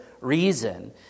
reason